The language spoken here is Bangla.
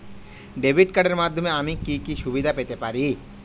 ডেবিট কার্ডের মাধ্যমে আমি কি কি সুবিধা পেতে পারি?